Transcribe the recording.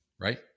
right